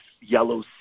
yellow